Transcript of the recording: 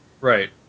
Right